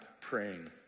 praying